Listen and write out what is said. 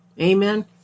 Amen